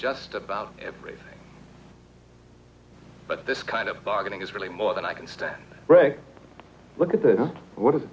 just about everything but this kind of bargaining is really more than i can stand reg look at the what is